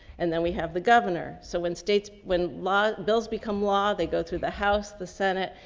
and then we have the governor. so when states, when law bills become law, they go through the house, the senate,